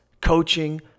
coaching